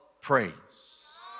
praise